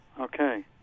okay